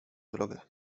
drogę